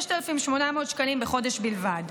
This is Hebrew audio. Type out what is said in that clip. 6,800 שקלים בחודש בלבד.